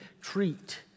treat